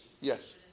yes